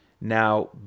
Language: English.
Now